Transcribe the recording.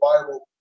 Bible